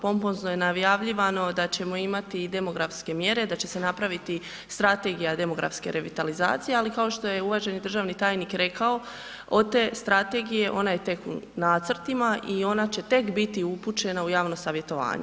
Pompozno je najavljivano da ćemo imati demografske mjere, da će se napraviti strategija demografske revitalizacije ako kao što je uvaženi državni tajnik rekao od te strategije ona je tek u nacrtima i ona će tek biti upućena u javno savjetovanje.